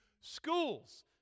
schools